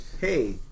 hey